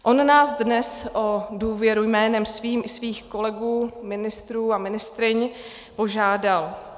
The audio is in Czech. On nás dnes o důvěru jménem svým i svých kolegů ministrů a ministryň požádal.